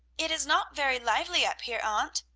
it is not very lively up here, aunt,